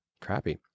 Crappy